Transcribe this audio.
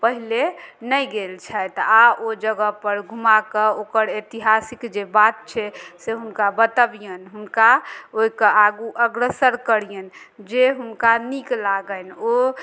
पहिले नहि गेल छथि आओर ओ जगहपर घुमाकऽ ओकर ऐतिहासिक जे बात छै से हुनका बतबियनि हुनका ओइके आगू अग्रसर करियनि जे हुनका नीक लागनि ओ